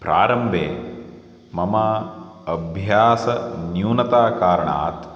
प्रारम्बे मम अभ्यासः न्यूनताकारणात्